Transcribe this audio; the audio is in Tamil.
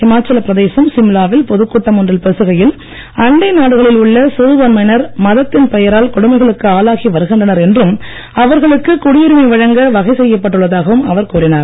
இமாச்சலப் பிரதேசம் சிம்லாவில் பொதுக் ஒன்றில் பேசுகையில் அண்டை நாடுகளில் கூட்டம் உள்ள சிறுபான்மையினர் மதத்தின் பெயரால் கொடுமைகளுக்கு ஆளாகி வருகின்றனர் என்றும் அவர்களுக்கு குடியுரிமை வழங்க வகை செய்யப்பட்டுள்ளதாகவும் அவர் கூறினார்